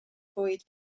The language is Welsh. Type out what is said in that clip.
fwyd